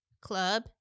club